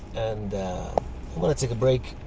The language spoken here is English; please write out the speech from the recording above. and i'm gonna take a break.